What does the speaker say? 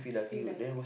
feel like